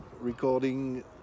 recording